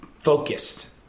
focused